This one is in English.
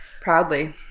Proudly